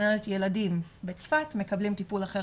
זאת אומרת ילדים בצפת מקבלים טיפול אחר